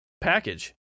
package